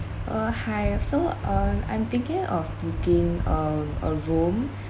uh hi so uh I'm thinking of booking a a room